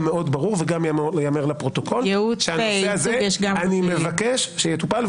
מאוד ברור וגם ייאמר לפרוטוקול שאני מבקש שהנושא הזה יטופל.